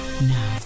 now